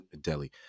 Delhi